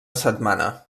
setmana